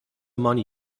money